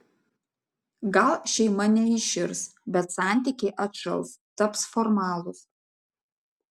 gal šeima neiširs bet santykiai atšals taps formalūs